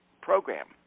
program